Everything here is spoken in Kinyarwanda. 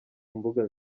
mbuga